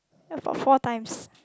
where got four times